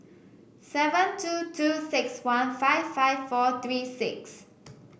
seven two two six one five five four three six